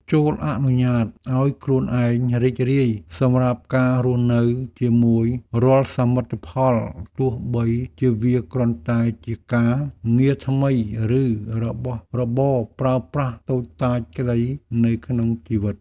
ចូរអនុញ្ញាតឱ្យខ្លួនឯងរីករាយសម្រាប់ការរស់នៅជាមួយរាល់សមិទ្ធផលទោះបីជាវាគ្រាន់តែជាការងារថ្មីឬរបស់របរប្រើប្រាស់តូចតាចក្តីនៅក្នុងជីវិត។